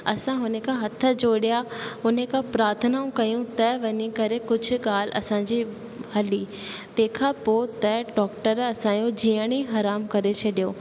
असां हुन खां हथ जोड़िया हुन खे प्राथनाऊं कयूं त वञी करे कुझु ॻाल्हि असांजी हली तंहिंखां पोइ त डॉक्टर असांजो जीअण ई हराम करे छॾियो